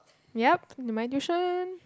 yup in my tuition